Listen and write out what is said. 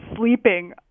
sleeping